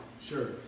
Sure